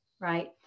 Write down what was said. right